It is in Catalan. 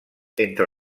entre